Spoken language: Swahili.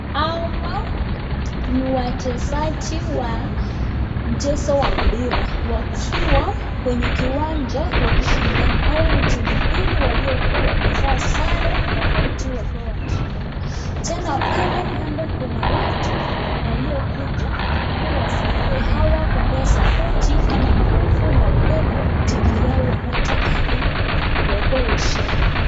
Hawa ni wachezaji wa mchezo wa mpira, wakiwa kwenye kiwanja wakishindana. Hawa ni mbili waliokuwa wamevaa sare tofauti wakiwa wanashindana. Tena pale kando kuna watu waliokuja iliwasaidie hawa kumpea sapoti ama nguvu na upendo timu yao wanaotaka ile wakuwe washindi.